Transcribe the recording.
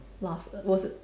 last was it